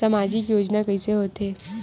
सामजिक योजना कइसे होथे?